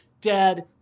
dead